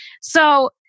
So-